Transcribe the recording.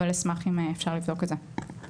אבל אשמח אם אפשר לבדוק את זה.